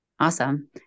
Awesome